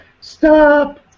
Stop